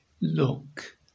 look